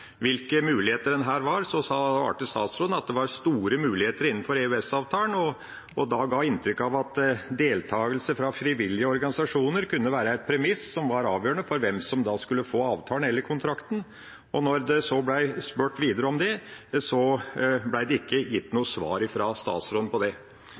hvilke muligheter en har på dette området, svarte statsråden at det var store muligheter innenfor EØS-avtalen, og ga da inntrykk av at deltakelse fra frivillige organisasjoner kunne være et premiss som var avgjørende for hvem som skulle få avtalen eller kontrakten. Da det så ble spurt videre om det, ble det ikke gitt noe svar fra statsråden. Videre svarte statsråden at brukermedvirkning og innovasjon kunne legges vekt på. Det